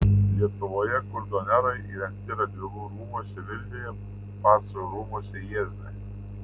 lietuvoje kurdonerai įrengti radvilų rūmuose vilniuje pacų rūmuose jiezne